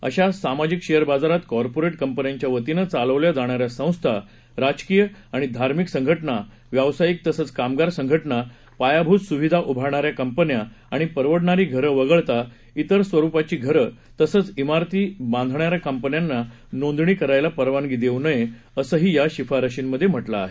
अशा सामाजिक शेअर बाजारात कॉरपोरेट कंपन्यांच्या वतीनं चालवल्या जाणाऱ्या संस्था राजकीय आणि धार्मिक संघटना व्यवसायिक तंसच कामगार संघटना पायाभूत सुविधा उभारणाऱ्या कंपन्या आणि परवडणारी घरं वगळता इतर स्वरुपाची घरं तसंच इमारती बांधणाऱ्या कंपन्यांना नोंदणी करायला परवानगी देऊ नये असंही या शिफारशींमधे म्हटलं आहे